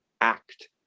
act